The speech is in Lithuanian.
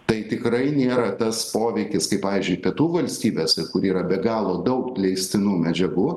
tai tikrai nėra tas poveikis kaip pavyzdžiui pietų valstybėse kur yra be galo daug leistinų medžiagų